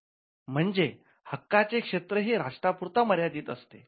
म्हणजे हक्काचे क्षेत्र हे राष्ट्रा पुरता मर्यादित असते